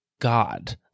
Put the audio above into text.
God